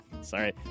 Sorry